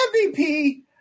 MVP